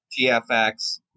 GFX